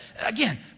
Again